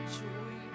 joy